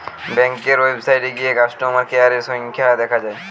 ব্যাংকের ওয়েবসাইটে গিয়ে কাস্টমার কেয়ারের সংখ্যা দেখা যায়